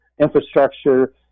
infrastructure